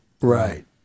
Right